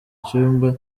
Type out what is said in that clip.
cyumba